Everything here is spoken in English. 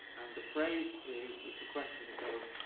the phrase is it's a question, it goes,